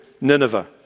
Nineveh